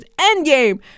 Endgame